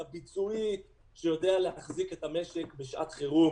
הביצועית, שיודע להחזיק את המשק בשעת חירום.